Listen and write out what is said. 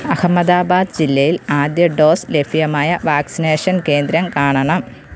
അഹമ്മദാബാദ് ജില്ലയിൽ ആദ്യ ഡോസ് ലഫ്യമായ വാക്സിനേഷൻ കേന്ദ്രം കാണണം